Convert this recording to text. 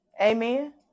Amen